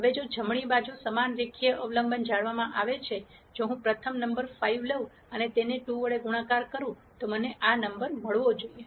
હવે જો જમણી બાજુ સમાન રેખીય અવલંબન જાળવવામાં આવે છે જો હું પ્રથમ નંબર 5 લઉં અને તેને 2 વડે ગુણાકાર કરું તો મારે આ નંબર મેળવવો જોઈએ